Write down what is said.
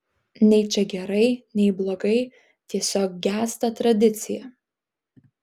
nei čia gerai nei blogai tiesiog gęsta tradicija